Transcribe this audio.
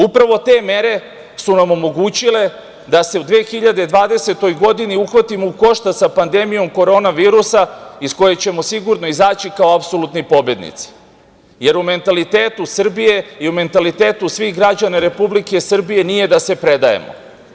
Upravo te mere su nam omogućile da se u 2020. godini uhvatimo u koštac sa pandemijom korona virusa, iz koje ćemo sigurno izaći kao apsolutni pobednici, jer u mentalitetu Srbije i u mentalitetu svih građana Republike Srbije, nije da se predajemo.